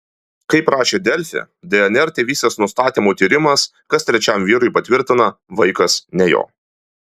kaip rašė delfi dnr tėvystės nustatymo tyrimas kas trečiam vyrui patvirtina vaikas ne jo